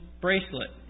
bracelet